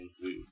Zoo